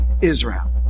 Israel